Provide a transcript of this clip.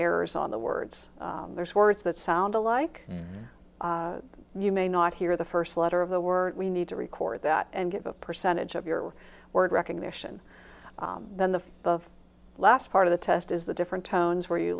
errors on the words there's words that sound alike you may not hear the first letter of the word we need to record that and give a percentage of your word recognition then the last part of the test is the different tones where you